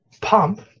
pump